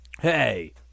hey